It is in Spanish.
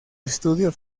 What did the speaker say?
estudio